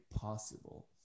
possible